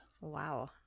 Wow